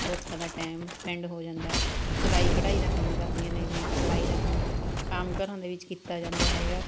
ਔਰਤਾਂ ਦਾ time spend ਹੋ ਜਾਂਦਾ ਹੈ ਸਿਲਾਈ ਕਢਾਈ ਦਾ ਕੰਮ ਕਰਦੀਆਂ ਨੇ ਜੀ ਸਿਲਾਈ ਦਾ ਕੰਮ ਆਮ ਘਰਾਂ ਦੇ ਵਿੱਚ ਕੀਤਾ ਜਾਂਦਾ ਹੈਗਾ